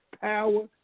power